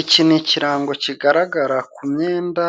Iki ni ikirango kigaragara ku myenda,